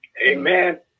Amen